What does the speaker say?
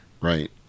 Right